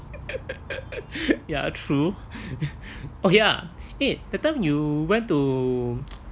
ya true okay ah eh that time you went to